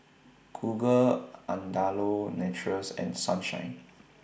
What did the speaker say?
Google Andalou Naturals and Sunshine